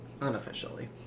Unofficially